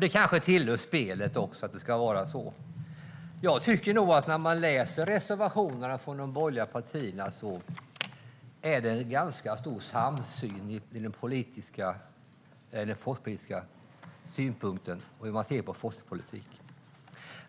Det kanske tillhör spelet att det ska vara så. Jag tycker nog, när jag läser reservationerna, att det är en ganska stor samsyn när det gäller hur man ser på forskningspolitik.